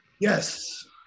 Yes